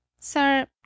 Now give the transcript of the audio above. sir